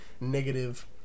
negative